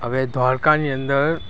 હવે દ્વારકાની અંદર